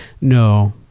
no